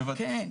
כן.